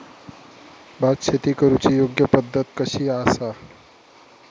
भात शेती करुची योग्य पद्धत कशी आसा?